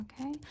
Okay